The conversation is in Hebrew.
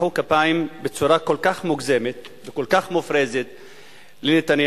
מחאו כפיים בצורה כל כך מוגזמת וכל כך מופרזת לנתניהו?